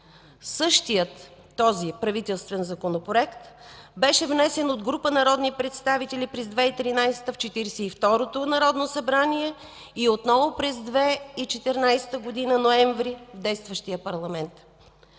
Същият този правителствен законопроект беше внесен от група народни представители през 2013 г. при Четиридесет и второто народно събрание и отново през 2014 г., ноември, в действащия парламент.